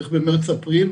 בערך במרס-אפריל,